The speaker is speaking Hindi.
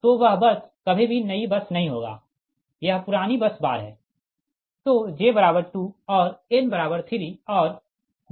तो वह बस कभी भी नई बस नही होगा यह पुरानी बस बार है